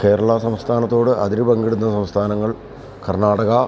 കേരള സംസ്ഥാനത്തോട് അതിര് പങ്കിടുന്ന സംസ്ഥാനങ്ങൾ കർണാടക